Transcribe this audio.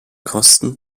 kosten